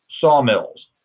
sawmills